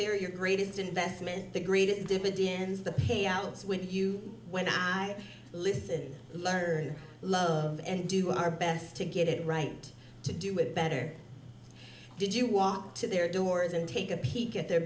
they are your greatest investment the greatest dividends the payouts when you when i listen learn love and do our best to get it right and to do with better did you walk to their doors and take a peek at the